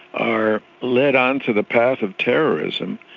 are led onto the path of terrorism,